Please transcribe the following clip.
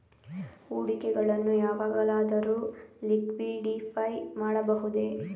ಹೂಡಿಕೆಗಳನ್ನು ಯಾವಾಗಲಾದರೂ ಲಿಕ್ವಿಡಿಫೈ ಮಾಡಬಹುದೇ?